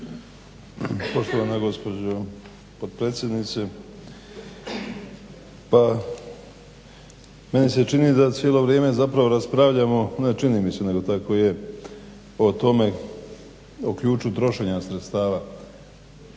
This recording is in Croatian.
Poštovana gospođo potpredsjednice. Pa meni se čini da cijelo vrijeme zapravo raspravljamo, ne čini mi se nego tako je, o ključu trošenja sredstava,